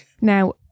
Now